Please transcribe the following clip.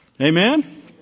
Amen